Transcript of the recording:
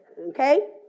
okay